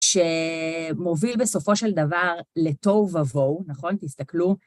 שמוביל בסופו של דבר לתוהו ובוהו, נכון? תסתכלו.